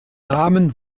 namen